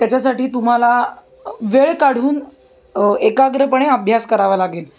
त्याच्यासाठी तुम्हाला वेळ काढून एकाग्रपणे अभ्यास करावा लागेल